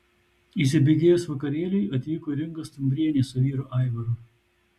įsibėgėjus vakarėliui atvyko ir inga stumbrienė su vyru aivaru